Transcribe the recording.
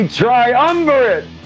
triumvirate